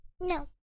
No